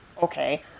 okay